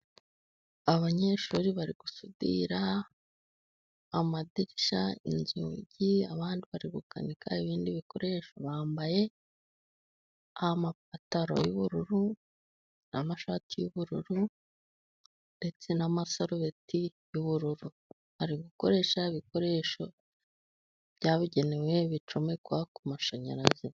Abanyeshuri bari gusudira amadirishya, inzugi, abandi bari gukanika ibindi bikoresho bambaye amapantaro y'ubururu n'amashati y'ubururu. Ndetse n'amasarobeti y'ubururu ari gukoresha ibikoresho byabugenewe bicomekwa ku mashanyarazi.